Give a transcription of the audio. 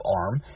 arm